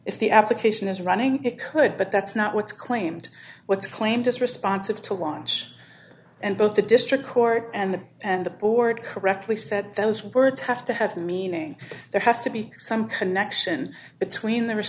if the application is running it could but that's not what's claimed what's claimed this responsive to launch and both the district court and the and the board correctly said those words have to have meaning there has to be some connection between the r